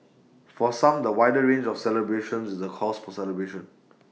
for some the wider range of celebrations is A cause for celebration